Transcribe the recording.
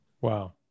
wow